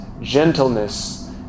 gentleness